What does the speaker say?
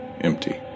empty